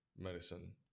medicine